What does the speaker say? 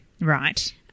Right